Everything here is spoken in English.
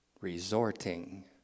resorting